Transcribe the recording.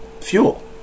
fuel